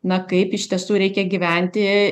na kaip iš tiesų reikia gyventi